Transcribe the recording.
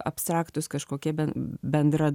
abstraktūs kažkokie bendra